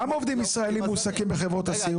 כמה עובדים ישראלים מועסקים בחברות הסיעוד?